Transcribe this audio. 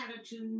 attitude